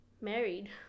married